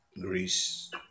Greece